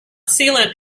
sealant